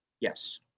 Yes